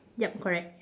yup correct